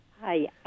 Hi